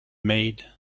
made